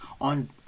on